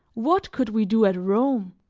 what could we do at rome?